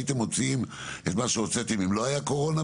הייתם מוציאים את מה שהוצאתם בזמנו אם לא הייתה קורונה?